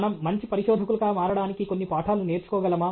మనం మంచి పరిశోధకులుగా మారడానికి కొన్ని పాఠాలు నేర్చుకోగలమా